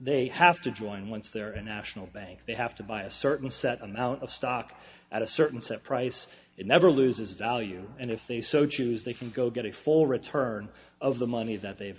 they have to join once they're a national bank they have to buy a certain set amount of stock at a certain set price it never loses value and if they so choose they can go get a full return of the money that they've